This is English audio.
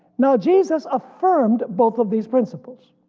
now jesus affirmed both of these principles.